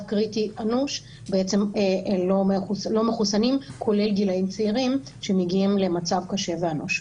קריטי אנוש הם לא מחוסנים כולל גילאים צעירים שמגיעים למצב קשה ואנוש.